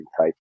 type